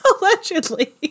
Allegedly